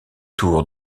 tour